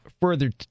further